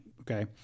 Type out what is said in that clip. okay